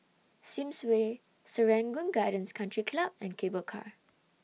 Sims Way Serangoon Gardens Country Club and Cable Car